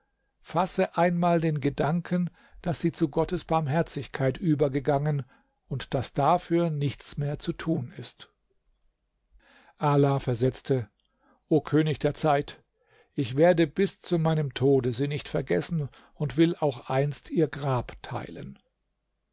fasse einmal den gedanken daß sie zu gottes barmherzigkeit übergegangen und daß dafür nichts mehr zu tun ist ala versetzte o könig der zeit ich werde bis zu meinem tode sie nicht vergessen und will auch einst ihr grab teilen